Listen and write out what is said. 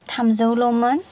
थामजौल'मोन